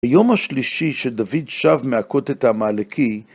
היום השלישי שדוד שב מהכות את העמלקי,